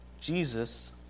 Jesus